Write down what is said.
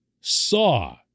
saw